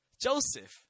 Joseph